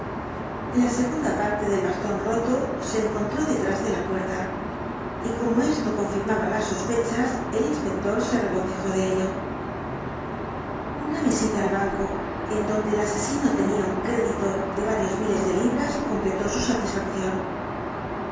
la segunda parte del bastón roto se encontró detrás de la puerta y como esto confirmaba las sospechas el inspector se regocijó de ello una visita al banco en donde el asesino tenía un crédito de varios miles de libras completó su satisfacción